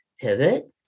pivot